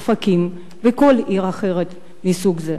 אופקים וכל עיר אחרת מסוג זה.